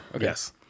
Yes